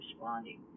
responding